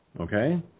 Okay